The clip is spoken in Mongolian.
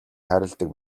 хайрладаг